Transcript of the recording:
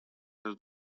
kas